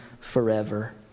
forever